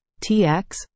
TX